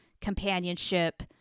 companionship